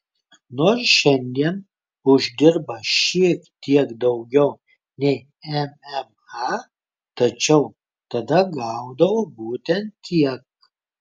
nors šiandien uždirba šiek tiek daugiau nei mma tačiau tada gaudavo būtent tiek